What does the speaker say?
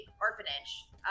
orphanage